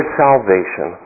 salvation